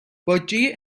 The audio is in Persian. باجه